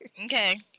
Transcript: Okay